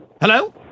Hello